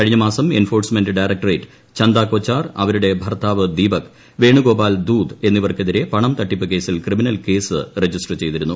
കഴിഞ്ഞമാസം enforcement directorate Chanda Kochhar അവരുടെ ഭർത്താവ് ദീപക് വേണുഗോപാൽ ദൂത് എന്നിവർക്കെതിരെ പണം തട്ടിപ്പ് കേസിൽ ക്രിമിനൽ കേസ് രജിസ്റ്റർ ചെയ്തിരുന്നു